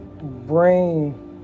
Brain